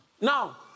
Now